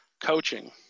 Coaching